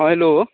hello